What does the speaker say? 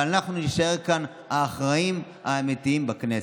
אבל אנחנו נישאר כאן האחראים האמיתיים בכנסת.